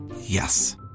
Yes